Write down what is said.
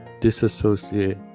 disassociate